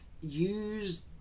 use